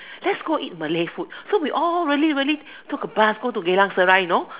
let's go eat Malay food so we all really really took a bus go to Geylang Serai you know